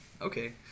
Okay